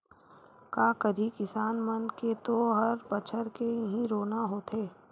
का करही किसान मन के तो हर बछर के इहीं रोना होथे